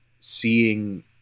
Seeing